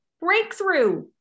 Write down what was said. Breakthrough